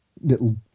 little